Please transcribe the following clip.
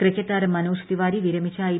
cricket താരം മ്നോജ് തിവാരി വിരമിച്ച I